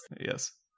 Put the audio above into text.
Yes